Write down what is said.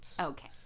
Okay